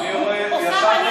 ששש.